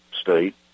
State